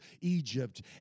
Egypt